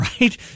right